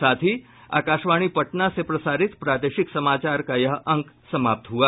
इसके साथ ही आकाशवाणी पटना से प्रसारित प्रादेशिक समाचार का ये अंक समाप्त हुआ